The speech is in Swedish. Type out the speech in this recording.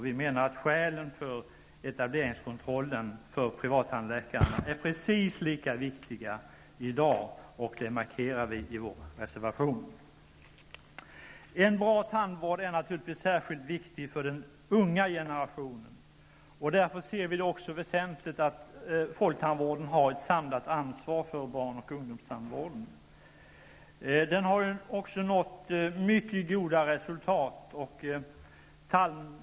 Vi menar att skälen för etableringskontrollen för privattandläkare är precis lika viktiga i dag, och det markerar vi i vår reservation. En bra tandvård är naturligtvis särskilt viktig för den unga generationen. Därför ser vi det som väsentligt att folktandvården har ett samlat ansvar för barn och ungdomstandvården. Den har också nått mycket goda resultat.